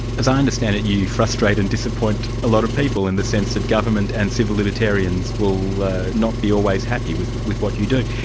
as i understand it, you frustrate and disappoint a lot of people in the sense that government and civil libertarians will not be always happy with with what you do.